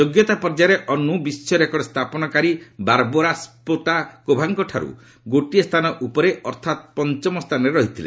ଯୋଗ୍ୟତା ପର୍ଯ୍ୟାୟରେ ଅନ୍ନ ବିଶ୍ୱ ରେକର୍ଡ ସ୍ଥାପନାକାରୀ ବାରବୋରା ସ୍କୋଟାକୋଭାଙ୍କଠାରୁ ଗୋଟିଏ ସ୍ଥାନ ଉପରେ ଅର୍ଥାତ୍ ପଞ୍ଚମ ସ୍ଥାନରେ ରହିଥିଲେ